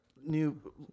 new